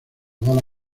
bala